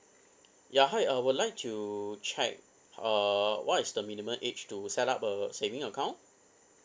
ya hi I would like to check uh what is the minimum age to set up a saving account